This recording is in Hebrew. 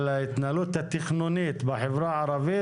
על ההתנהלות התכנונית בחברה הערבית,